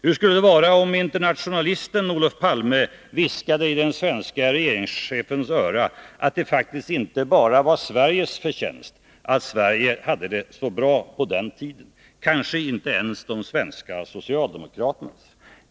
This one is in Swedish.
Hur skulle det vara om internationalisten Olof Palme viskade i den svenska regeringschefens öra att det faktiskt inte bara var Sveriges förtjänst att Sverige hade det så bra på den tiden — kanske inte ens de svenska socialdemokraternas?